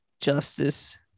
justice